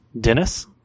Dennis